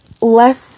less